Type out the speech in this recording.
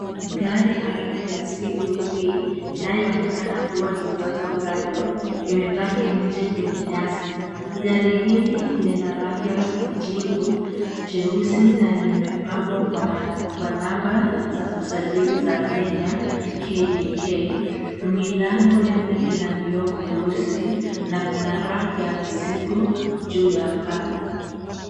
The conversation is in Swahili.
Gari aina ya CUV inayonekana kuwa Toyota Prado ime park nje kwenye nyasi. Gari hili lina rangi ya kijivu cheusi na limepambwa kwa namba za usajili za Kenya KDK. Milango yake ina vioo vya vyeusi na kuna rack ya mizigo juu ya paa.